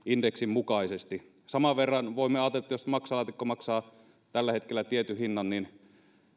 mukaisesti saman verran voimme ajatella että jos maksalaatikko maksaa tällä hetkellä tietyn hinnan niin